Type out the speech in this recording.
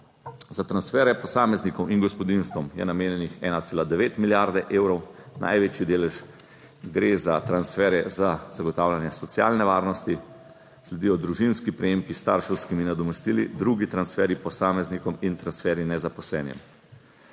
Za transfere posameznikom in gospodinjstvom je namenjenih 1,9 milijarde evrov, največji delež gre za transfere za zagotavljanje socialne varnosti, sledijo družinski prejemki s starševskimi nadomestili, drugi transferji posameznikom in transferji nezaposlenim.